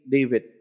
David